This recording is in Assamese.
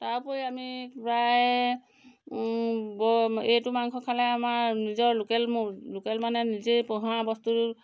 তাৰ উপৰি আমি প্ৰায় ব এইটো মাংস খালে আমাৰ নিজৰ লোকেল মোৰ লোকেল মানে নিজেই পোহা বস্তুটো